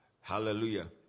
Hallelujah